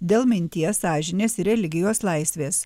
dėl minties sąžinės ir religijos laisvės